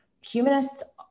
humanists